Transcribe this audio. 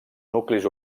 nuclis